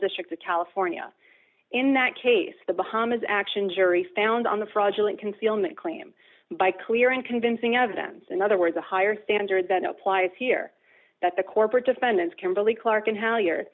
district of california in that case the bahamas action jury found on the fraudulent concealment claim by clear and convincing evidence in other words a higher standard that applies here that the corporate defendants kimberly clark and how you